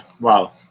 wow